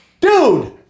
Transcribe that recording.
Dude